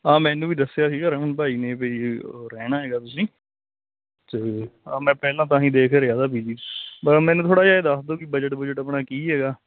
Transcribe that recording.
ਤਾਂ ਮੈਨੂੰ ਵੀ ਦੱਸਿਆ ਸੀਗਾ ਰਮਨ ਭਾਅ ਜੀ ਨੇ ਵੀ ਰਹਿਣਾ ਹੈਗਾ ਤੁਸੀਂ ਤੇ ਮੈਂ ਪਹਿਲਾਂ ਤਾਂ ਹੀ ਦੇਖ ਰਿਹਾ ਤਾਂ ਪੀ ਜੀ ਪਰ ਮੈਨੂੰ ਥੋੜਾ ਜਿਹਾ ਇਹ ਦੱਸ ਦੋ ਕਿ ਬਜਟ ਬੁਜਟ ਆਪਣਾ ਕੀ ਹੈਗਾ